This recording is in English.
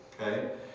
Okay